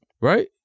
Right